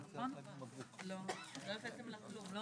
12:20.